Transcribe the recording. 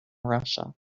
russia